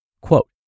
quote